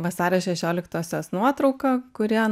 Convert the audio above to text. vasario šešioliktosios nuotrauka kurią